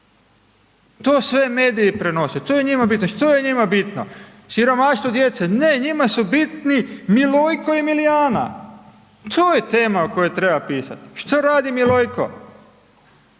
To je njima bitno, što je njima bitno? Siromaštvo djece? Ne njima su bitni Milojko i Milijana. To je tema o kojoj treba pisati. Što radi Milojko?